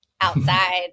outside